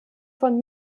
von